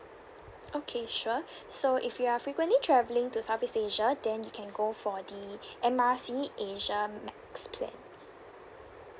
okay sure so if you are frequently travelling to southeast asia then you can go for the M R C asia max plan